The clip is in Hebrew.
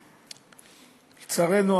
לצערנו,